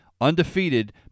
undefeated